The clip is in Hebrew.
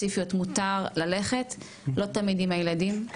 היכולת שלהם להכריז על הילדים